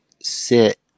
sit